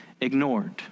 ignored